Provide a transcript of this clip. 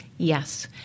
Yes